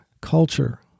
culture